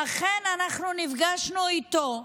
ואכן אנחנו נפגשנו איתו,